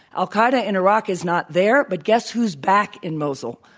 al-qaeda in iraq is not there, but guess who's back in mosul?